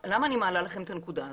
למה אני מעלה לכם את הנקודה הזאת?